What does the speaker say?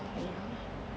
ya